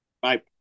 Bye